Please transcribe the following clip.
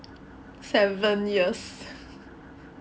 seven years